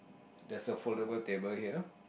there's a foldable table here